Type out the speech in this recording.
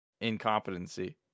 incompetency